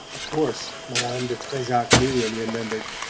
of course madame de trezac knew and remembered,